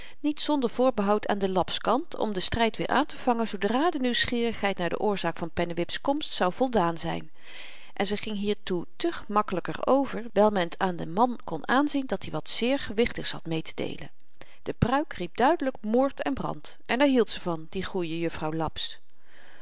partyen niet zonder voorbehoud aan den laps kant om den stryd weer aantevangen zoodra de nieuwsgierigheid naar de oorzaak van pennewip's komst zou voldaan zyn en ze ging hiertoe te gemakkelyker over wyl men t den man kon aanzien dat-i wat zeer gewichtigs had meetedeelen de pruik riep duidelyk moord en brand en daar hield ze van die goeie juffrouw laps